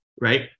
right